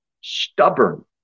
stubborn